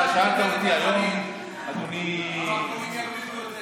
אתה שאלת אותי היום, אדוני, דאגתם לטייקונים.